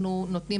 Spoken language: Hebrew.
אנחנו נותנים,